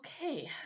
Okay